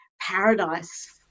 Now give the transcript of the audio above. paradise